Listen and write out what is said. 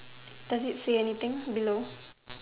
does it say anything below